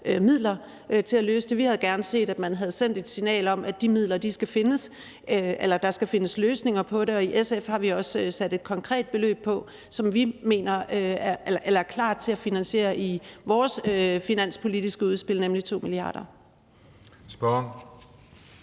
til at løse det. Vi havde gerne set, at man havde sendt et signal om, at de midler skal findes, eller at der skal findes løsninger på det. I SF har vi også sat et konkret beløb på, nemlig 2 mia. kr., og vi er i vores finanspolitiske udspil klar til at finansiere